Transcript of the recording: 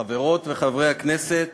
חברות וחברי הכנסת,